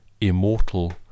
immortal